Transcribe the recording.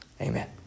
Amen